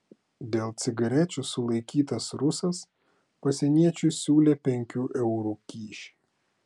dėl cigarečių sulaikytas rusas pasieniečiui siūlė penkių eurų kyšį